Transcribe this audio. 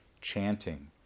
chanting